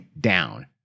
down